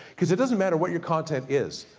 cause it doesn't matter what your content is.